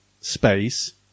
space